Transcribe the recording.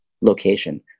location